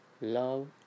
love